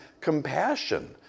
compassion